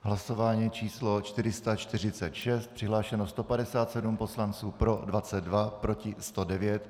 Hlasování číslo 446, přihlášeno 157 poslanců, pro 22, proti 109.